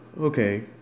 okay